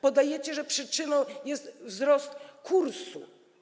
Podajecie, że przyczyną jest wzrost kursu.